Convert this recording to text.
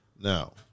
Now